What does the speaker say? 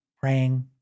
praying